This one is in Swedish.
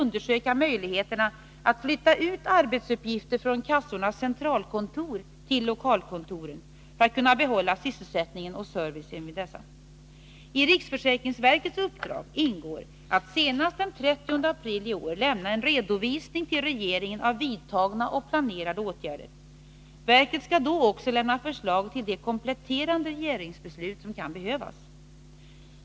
undersöka möjligheterna att flytta ut arbetsuppgifter från kassornas centralkontor till lokalkontoren för att kunna behålla sysselsättningen och servicen vid dessa. I riksförsäkringsverkets uppdrag ingår att senast den 30 april i år lämna en redovisning till regeringen av vidtagna och planerade åtgärder. Verket skall då också lämna förslag till de kompletterande regeringsbeslut som kan behövas.